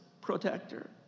protector